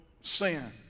sin